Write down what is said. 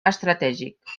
estratègic